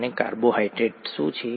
અને કાર્બોહાઇડ્રેટ શું છે